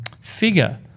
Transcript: figure